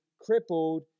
crippled